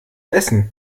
essen